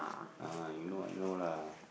ah you know I know lah